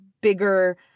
bigger